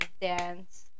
dance